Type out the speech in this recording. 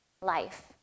life